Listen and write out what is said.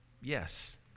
Yes